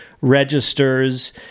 registers